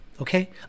okay